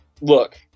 Look